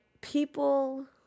people